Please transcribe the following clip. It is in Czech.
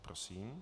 Prosím.